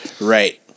Right